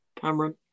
Cameron